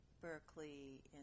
Berkeley